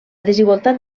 desigualtat